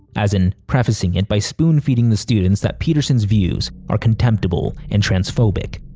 as in, prefacing it by spoonfeeding the students that peterson's views are contemptible and transphobic.